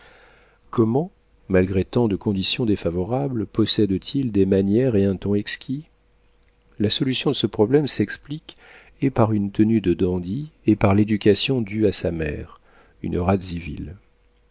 comment malgré tant de conditions défavorables possède t il des manières et un ton exquis la solution de ce problème s'explique et par une tenue de dandy et par l'éducation due à sa mère une radziwill